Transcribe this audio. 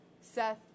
Seth